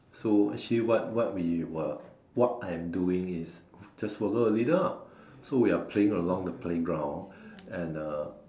so actually what what we were what I am doing is just follow the leader lah so we are playing along the playground and uh